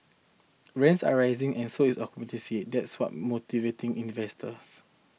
Rents are rising and so is occupancy and that's what's motivating investors